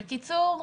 בקיצור,